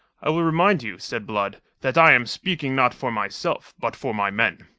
i will remind you, said blood, that i am speaking not for myself, but for my men.